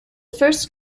first